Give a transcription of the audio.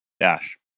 Dash